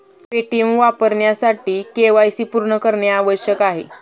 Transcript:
Paytm वापरण्यासाठी KYC पूर्ण करणे आवश्यक आहे